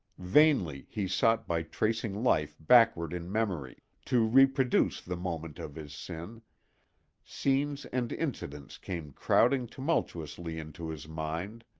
vainly he sought by tracing life backward in memory, to reproduce the moment of his sin scenes and incidents came crowding tumultuously into his mind,